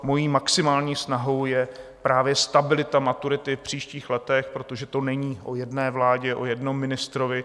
Mojí maximální snahou je právě stabilita maturity v příštích letech, protože to není o jedné vládě, o jednom ministrovi.